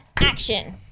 action